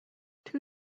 two